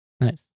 Nice